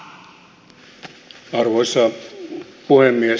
arvoisa puhemies